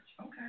Okay